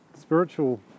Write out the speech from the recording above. Spiritual